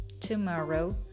tomorrow